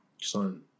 Son